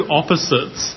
opposites